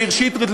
מאיר שטרית,